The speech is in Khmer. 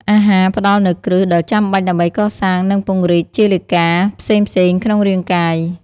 អាហារផ្តល់នូវ គ្រឹះ ដ៏ចាំបាច់ដើម្បីកសាង និងពង្រីកជាលិកាផ្សេងៗក្នុងរាងកាយ។